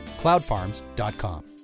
Cloudfarms.com